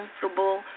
comfortable